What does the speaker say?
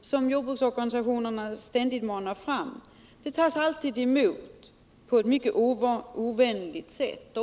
som jorbruksorganisationerna ständigt manar fram, tas emot på ett mycket ovänligt sätt.